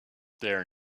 there